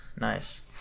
nice